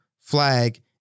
flag